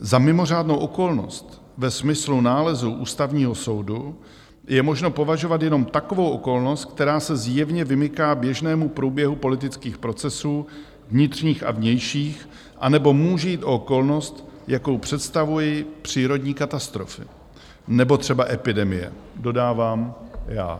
Za mimořádnou okolnost ve smyslu nálezu Ústavního soudu je možno považovat jenom takovou okolnost, která se zjevně vymyká běžnému průběhu politických procesů vnitřních a vnějších, anebo může jít o okolnost, jakou představují přírodní katastrofy nebo třeba epidemie, dodávám já.